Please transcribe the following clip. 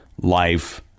life